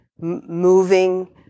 moving